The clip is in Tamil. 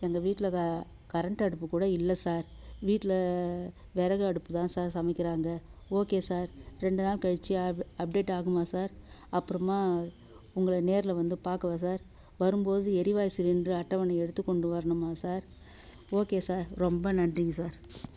எங்கள் வீட்டில் க கரண்ட் அடுப்பு கூட இல்லை சார் வீட்டில் விறகு அடுப்பு தான் சார் சமைக்கிறாங்க ஓகே சார் ரெண்டு நாள் கழித்து அப்டேட் ஆகுமா சார் அப்புறமா உங்களை நேரில் வந்து பார்க்கவா சார் வரும்போது எரிவாயு சிலிண்ட்ரு அட்டவணை எடுத்துக்கொண்டு வரணுமா சார் ஓகே சார் ரொம்ப நன்றிங்க சார்